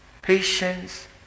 Patience